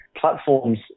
platforms